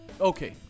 Okay